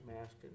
masked